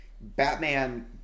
Batman